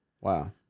Wow